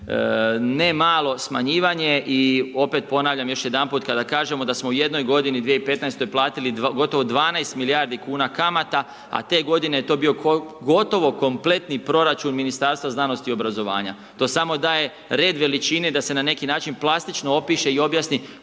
ne malo smanjivanje i opet ponavljam još jedanput kada kažemo da smo u jednoj godini 2015. platiti gotovo 12 milijardi kuna kamata, a te godine je to bio gotovo kompletni proračun Ministarstva znanosti i obrazovanja. To samo daje red veličine da se na neki način plastično opiše i objasni